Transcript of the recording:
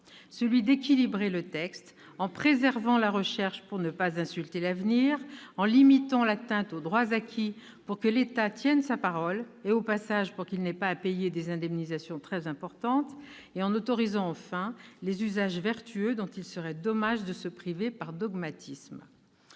celui d'équilibrer le texte, en préservant la recherche pour ne pas insulter l'avenir, en limitant l'atteinte aux droits acquis pour que l'État tienne sa parole et, au passage, pour qu'il n'ait pas à payer d'indemnisations très importantes et, enfin, en autorisant les usages vertueux dont il serait dommage de se priver par dogmatisme.